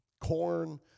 corn